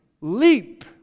leap